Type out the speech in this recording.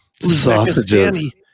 Sausages